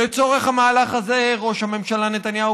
לצורך המהלך הזה ראש הממשלה נתניהו